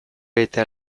eta